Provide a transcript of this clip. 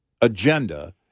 agenda